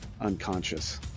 unconscious